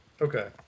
Okay